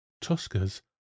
Tusker's